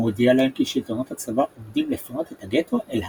הוא הודיע להם כי שלטונות הצבא עומדים לפנות את הגטו אל המזרח.